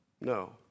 No